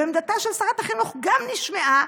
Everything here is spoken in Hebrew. ועמדתה של שרת החינוך גם נשמעה,